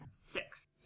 Six